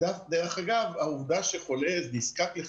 דרך אגב, העובדה --- חמצן,